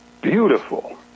beautiful